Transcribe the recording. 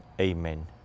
Amen